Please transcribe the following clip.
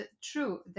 true